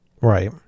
right